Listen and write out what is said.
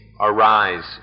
arise